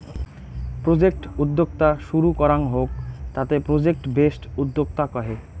project উদ্যোক্তা শুরু করাঙ হউক তাকে প্রজেক্ট বেসড উদ্যোক্তা কহে